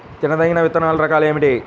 తినదగిన విత్తనాల రకాలు ఏమిటి?